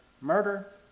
murder